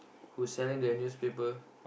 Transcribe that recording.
who's selling the newspaper